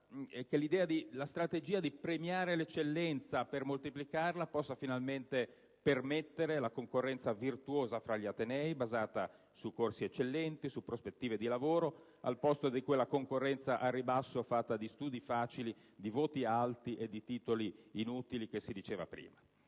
la strategia di premiare l'eccellenza per moltiplicarla possa finalmente permettere la concorrenza virtuosa fra gli atenei basata su corsi eccellenti, su prospettive di lavoro, al posto di quella concorrenza al ribasso fatta di studi facili, di voti alti e di titoli inutili di cui si